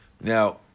Now